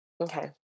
Okay